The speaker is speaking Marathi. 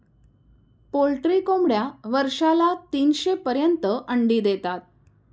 पोल्ट्री कोंबड्या वर्षाला तीनशे पर्यंत अंडी देतात